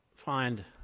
Find